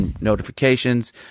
notifications